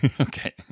Okay